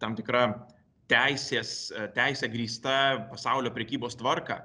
tam tikra teisės teise grįsta pasaulio prekybos tvarką